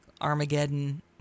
Armageddon